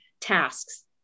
tasks